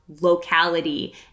locality